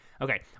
Okay